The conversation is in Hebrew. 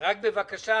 --- רק תאמר בבקשה,